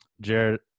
Jared